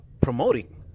promoting